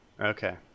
Okay